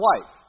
wife